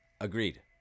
Agreed